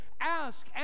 Ask